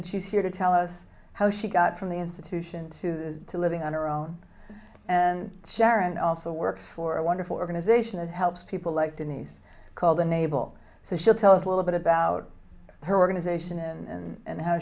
and she's here to tell us how she got from the institution to the to living on her own and sharon also works for a wonderful organization that helps people like denise called unable so she'll tell us a little bit about her organization and and